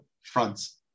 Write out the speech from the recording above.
fronts